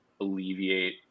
alleviate